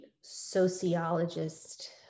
sociologist